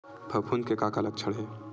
फफूंद के का लक्षण हे?